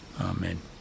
Amen